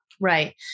Right